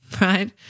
right